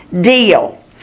deal